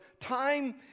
time